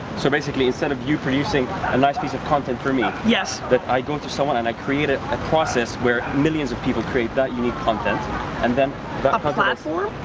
so basically, instead of you producing a nice piece of content for me, yes? that i go to someone and i create a, a process where millions of people create that unique content and then a platform?